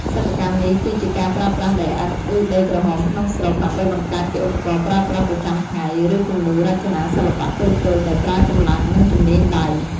សិប្បកម្មនេះគឺជាការប្រើប្រាស់ដីឥដ្ឋ ឬដីក្រហមក្នុងស្រុក ដើម្បីបង្កើតជាឧបករណ៍ប្រើប្រាស់ប្រចាំថ្ងៃ ឬគំនូររចនាសិល្បៈតូចៗ ដោយប្រើកម្លាំងនិងជំនាញដៃ។